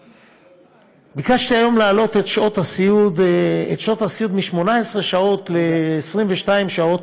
ביקשתי היום להעלות את שעות הסיעוד מ-18 שעות ל-22 שעות,